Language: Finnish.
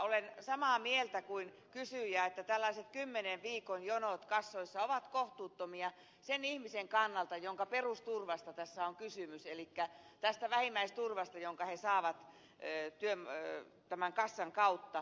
olen samaa mieltä kuin kysyjä että tällaiset kymmenen viikon jonot kassoissa ovat kohtuuttomia sen ihmisen kannalta jonka perusturvasta tässä on kysymys elikkä tästä vähimmäisturvasta jonka he saavat tämän kassan kautta